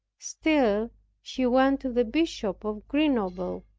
still she went to the bishop of grenoble,